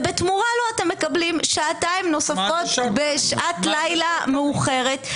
ובתמורה לו אתם מקבלים שעתיים נוספות בשעת לילה מאוחרת.